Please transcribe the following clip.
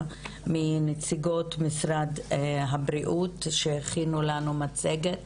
מנציגות משרד הבריאות שהכינו לנו מצגת